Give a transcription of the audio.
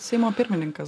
seimo pirmininkas